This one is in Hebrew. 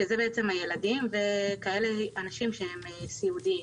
שזה הילדים ואנשים שהם סיעודיים.